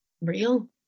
real